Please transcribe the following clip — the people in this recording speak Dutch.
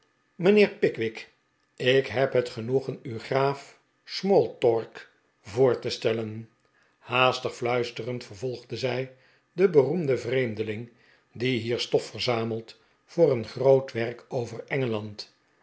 mijnheer pickwick ik heb het genoegen u graaf smorltork voor te stellen haastig fluisterend vervolgde zij de beroemde vreemdeling die hier stof verzamelt voor een groot werk over engeland